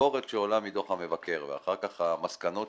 הביקורת שעולה מדוח המבקר ואחר כך המסקנות